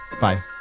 Bye